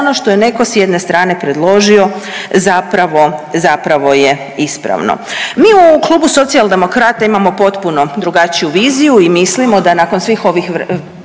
ono što je netko sa jedne strane predložio zapravo je ispravno. Mi u klubu Socijaldemokrata imamo potpuno drugačiju viziju i mislimo da nakon svih ovih